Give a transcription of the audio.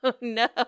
no